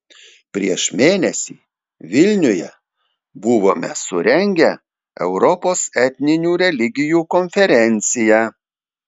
prieš mėnesį vilniuje buvome surengę europos etninių religijų konferenciją